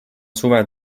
suve